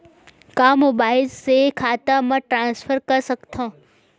का मोबाइल से खाता म ट्रान्सफर कर सकथव?